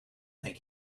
think